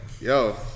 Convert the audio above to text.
yo